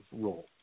role